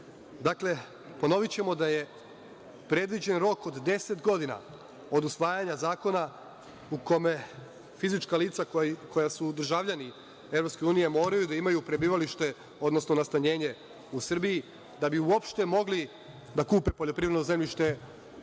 ponovićemo da je predviđen rok od 10 godina od usvajanja zakona u kome fizička lica koja su državljani EU moraju da imaju prebivalište, odnosno nastanjenje u Srbiji, da bi uopšte mogli da kupe poljoprivredno zemljište,